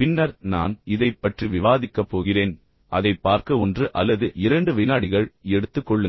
பின்னர் நான் இதைப் பற்றி விவாதிக்கப் போகிறேன் அதைப் பார்க்க ஒன்று அல்லது இரண்டு விநாடிகள் எடுத்துக் கொள்ளுங்கள்